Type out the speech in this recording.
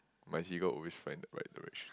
my seagull always fly the right direction